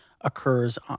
occurs